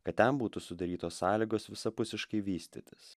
kad ten būtų sudarytos sąlygos visapusiškai vystytis